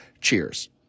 Cheers